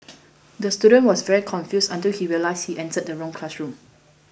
the student was very confused until he realised he entered the wrong classroom